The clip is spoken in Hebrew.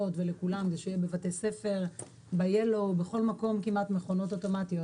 ולכולם ושיהיה בבתי ספר וב-yellow ובכל מקום כמעט מכונות אוטומטיות.